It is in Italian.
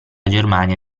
germania